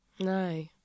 No